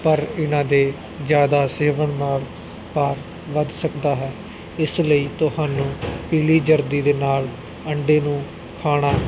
ਪਰ ਇਹਨਾਂ ਦੇ ਜ਼ਿਆਦਾ ਸੇਵਨ ਨਾਲ ਭਾਰ ਵੱਧ ਸਕਦਾ ਹੈ ਇਸ ਲਈ ਤੁਹਾਨੂੰ ਪੀਲੀ ਜਰਦੀ ਦੇ ਨਾਲ ਆਂਡੇ ਨੂੰ ਖਾਣਾ